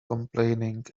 complaining